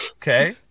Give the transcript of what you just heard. Okay